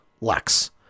Lex